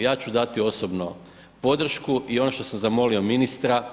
Ja ću dati osobno podršku i ono što sam zamolio ministra,